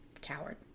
Coward